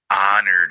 Honored